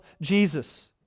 Jesus